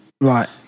Right